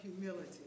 humility